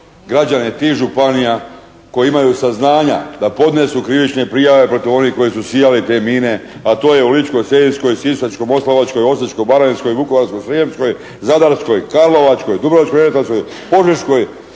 građane tih županija koji imaju saznanja da podnesu krivične prijave protiv onih koji su sijali te mine, a to je u Ličko-senjskoj, Sisačko-moslavačkoj, Osječko-baranjskoj, Vukovarsko-srijemskoj, Zadarskoj, Karlovačkoj, Dubrovačko-neretvanskoj, Požeškoj,